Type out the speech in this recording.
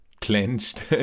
clenched